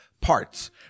parts